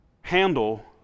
handle